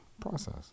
Process